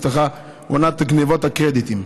נפתחה עונת גנבות הקרדיטים.